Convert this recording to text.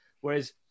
Whereas